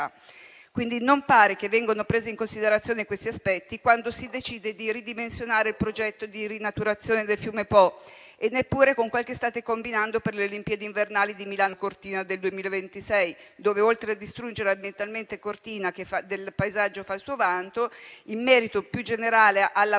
siccità. Non pare che vengano presi in considerazione questi aspetti quando si decide di ridimensionare il progetto di rinaturazione del fiume Po e neppure con quel che state combinando per le Olimpiadi invernali di Milano-Cortina del 2026, dove, oltre a distruggere ambientalmente Cortina, che del paesaggio fa il suo vanto, in merito alla più generale mobilità